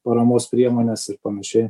paramos priemones ir panašiai